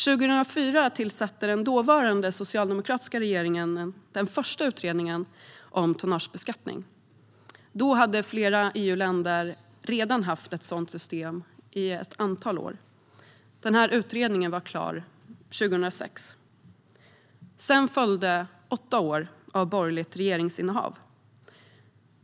År 2004 tillsatte den dåvarande socialdemokratiska regeringen den första utredningen om tonnagebeskattning. Då hade flera EU-länder redan haft ett sådant system i ett antal år. Utredningen var klar 2006. Sedan följde åtta år av borgerligt regeringsinnehav.